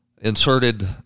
inserted